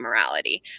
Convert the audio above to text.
morality